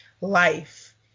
life